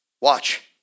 watch